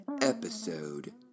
episode